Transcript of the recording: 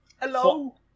Hello